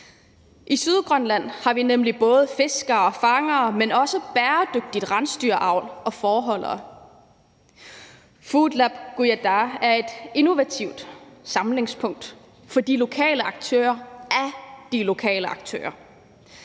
I Sydgrønland har vi nemlig både fiskere og fangere, men også bæredygtigt rensdyravl og fåreholdere. Foodlab Kujataa er et innovativt samlingspunkt for de lokale aktører af de lokale aktører.